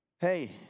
Hey